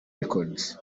records